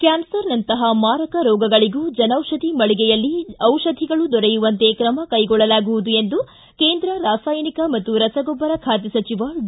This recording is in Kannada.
ಕ್ಥಾನ್ಸರ್ನಂತಹ ಮಾರಕ ರೋಗಗಳಗೂ ಜನೌಷಧಿ ಮಳಿಗೆಯಲ್ಲಿ ಔಷಧಿಗಳು ದೊರೆಯುವಂತೆ ಕ್ರಮ ಕೈಗೊಳ್ಳಲಾಗುವುದು ಎಂದು ಕೇಂದ್ರ ರಾಸಾಯನಿಕ ಮತ್ತು ರಸಗೊಬ್ಬರ ಖಾತೆ ಸಚಿವ ಡಿ